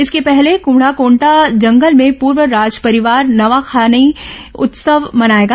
इसके पहले कृम्हड़ाकोट जंगल में पूर्व राजपरिवार नवाखानी उत्सव मनाएगा